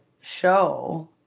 show